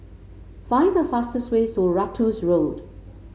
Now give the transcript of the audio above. find the fastest way to Ratus Road